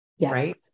right